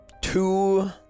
two